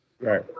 Right